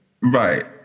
right